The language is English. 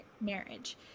marriage